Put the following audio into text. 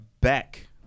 back